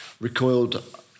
recoiled